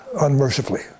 unmercifully